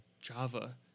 Java